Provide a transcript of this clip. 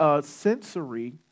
sensory